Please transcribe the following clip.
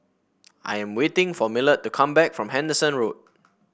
I am waiting for Millard to come back from Henderson Road